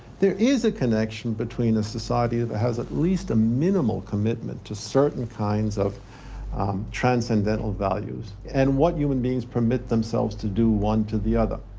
there is a connection between a society that has at least a minimal commitment to certain kinds of transcendental values and what human beings permit themselves to do one to the other.